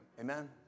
amen